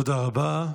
תודה רבה.